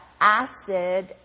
acid